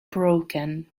broken